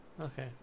okay